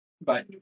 Bye